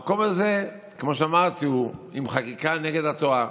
המקום הזה, כמו שאמרתי, הוא עם חקיקה נגד התורה.